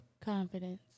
confidence